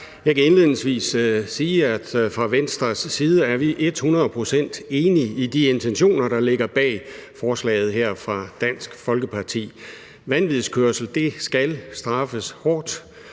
Jeg kan indledningsvis sige, at fra Venstres side er vi ethundrede procent enige i de intentioner, der ligger bag forslaget her fra Dansk Folkeparti. Vanvidskørsel skal straffes hårdt.